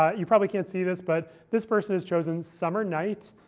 you probably can't see this, but this person has chosen summer night,